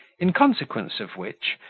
in consequence of which,